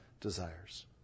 desires